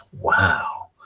Wow